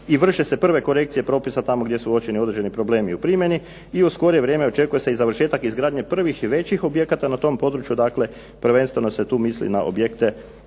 i vrše se prve korekcije propisa tamo gdje su uočeni određeni problemi u primjeni i u skorije vrijeme očekuje se i završetak izgradnje prvih i većih objekata na tom području, dakle prvenstveno se tu misli na objekte,